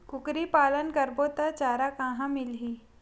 कुकरी पालन करबो त चारा कहां मिलही?